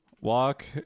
Walk